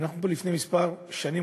ואנחנו לפני כמה שנים,